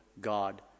God